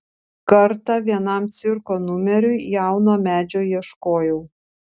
kartą vienam cirko numeriui jauno medžio ieškojau